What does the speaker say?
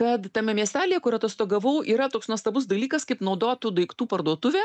kad tame miestelyje kur atostogavau yra toks nuostabus dalykas kaip naudotų daiktų parduotuvė